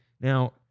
Now